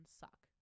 suck